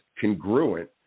congruent